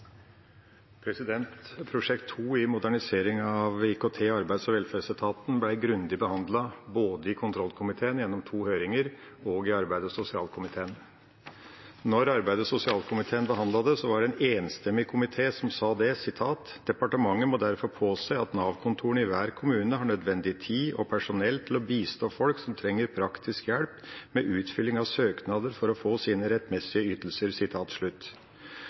Prosjekt 2 i modernisering av IKT i Arbeids- og velferdsetaten ble grundig behandlet både i kontrollkomiteen gjennom to høringer og i arbeids- og sosialkomiteen. Da arbeids- og sosialkomiteen behandlet dette, var det en enstemmig komité som sa: «Departementet må derfor påse at Nav-kontorene i hver kommune har nødvendig tid og personell til å bistå folk som trenger praktisk hjelp med utfylling av søknader for å få sine rettmessige ytelser.»